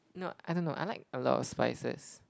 no I don't know I like a lot of spices